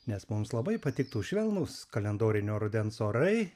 nes mums labai patiktų švelnūs kalendorinio rudens orai